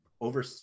over